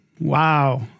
Wow